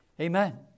amen